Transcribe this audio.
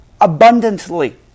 abundantly